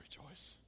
rejoice